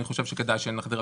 אתה נחמד